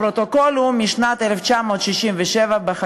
הפרוטוקול הוא משנת 1967 בחקיקה.